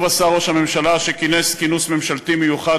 טוב עשה ראש הממשלה שכינס כינוס ממשלתי מיוחד,